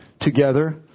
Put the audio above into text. together